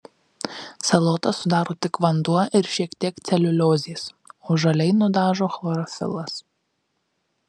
salotas sudaro tik vanduo ir šiek tiek celiuliozės o žaliai nudažo chlorofilas